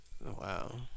Wow